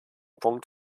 punkt